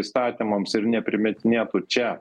įstatymams ir neprimetinėtų čia